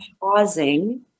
pausing